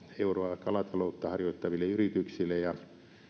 euroa kalataloutta harjoittaville yrityksille ja